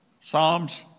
Psalms